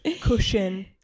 cushion